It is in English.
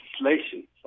legislation